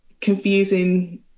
confusing